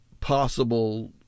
possible